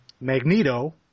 Magneto